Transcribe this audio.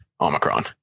Omicron